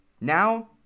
Now